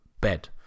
bed